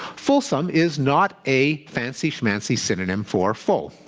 fulsome is not a fancy-schmancy synonym for full.